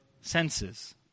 senses